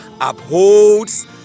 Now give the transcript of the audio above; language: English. upholds